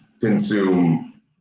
consume